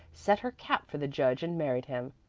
set her cap for the judge and married him.